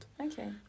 okay